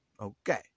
okay